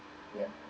yes